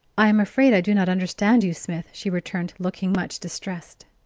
i am afraid i do not understand you, smith, she returned, looking much distressed.